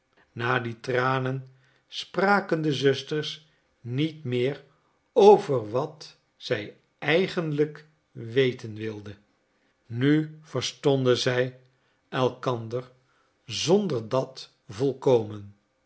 na die tranen spraken de zusters niet meer over wat zij eigenlijk weten wilden nu verstonden zij elkander zonder dat volkomen